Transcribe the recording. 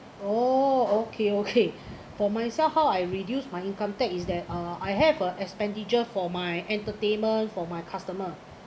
oh okay okay for myself how I reduce my income tax is that uh I have a expenditure for my entertainment for my customer